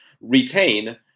retain